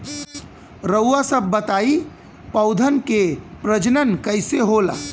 रउआ सभ बताई पौधन क प्रजनन कईसे होला?